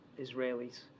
Israelis